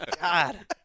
God